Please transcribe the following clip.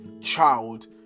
child